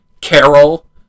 Carol